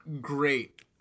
great